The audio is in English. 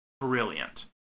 brilliant